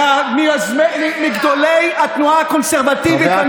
מגדולי התנועה הקונסרבטיבית.